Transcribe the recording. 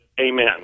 Amen